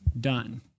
done